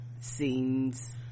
scenes